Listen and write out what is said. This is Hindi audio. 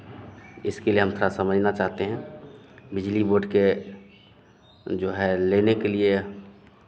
इसके लिए हम थोड़ा समझना चाहते हैं बिजली बोर्ड के जो है लेने के लिए